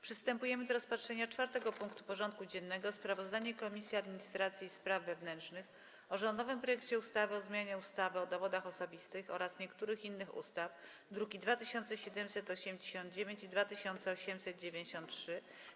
Przystępujemy do rozpatrzenia punktu 4. porządku dziennego: Sprawozdanie Komisji Administracji i Spraw Wewnętrznych o rządowym projekcie ustawy o zmianie ustawy o dowodach osobistych oraz niektórych innych ustaw (druki nr 2789 i 2893)